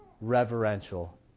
reverential